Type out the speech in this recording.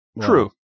True